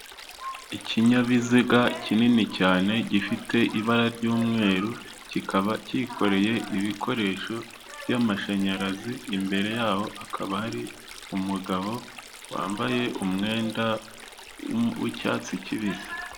Ikinyabiziga kinini cyane gifite ibara ry'umweru, kikaba cyikoreye ibikoresho by'amashanyarazi, imbere yaho hakaba hari umugabo wambaye umwenda w'icyatsi kibisi.